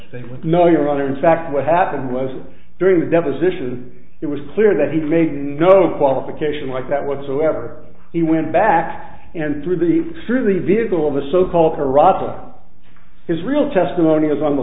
would no your honor in fact what happened was during the deposition it was clear that he made no qualification like that whatsoever he went back and through the through the vehicle of the so called karata his real testimony is on the